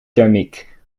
thermiek